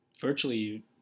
virtually